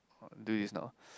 do is now